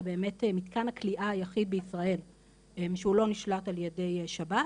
זה באמת מתקן הכליאה היחיד בישראל שהוא לא נשלט על ידי שב"ס,